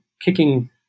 kicking